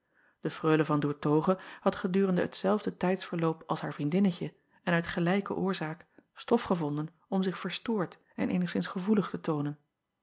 e reule an oertoghe had gedurende hetzelfde tijdsverloop als haar vriendinnetje en uit gelijke oorzaak stof gevonden om zich verstoord en eenigszins gevoelig te toonen